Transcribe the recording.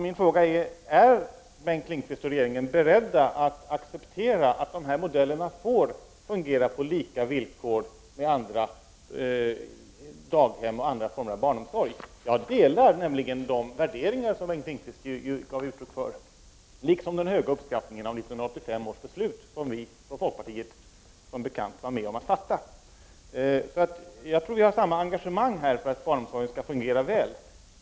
Min fråga är: Är Bengt Lindqvist och regeringen beredda att acceptera att de här modellerna får fungera på lika villkor med andra daghem och med andra former av barnomsorg? Jag delar nämligen de värderingar som Bengt Lindqvist gav uttryck för, liksom den höga uppskattningen av 1985 års beslut, som vi från folkpartiet, som bekant, var med om att fatta. Jag tror att vi har samma engagemang i fråga om att barnomsorgen skall fungera väl.